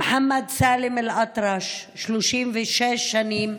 מוחמד סאלם אלאטרש, 36 שנים,